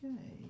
Okay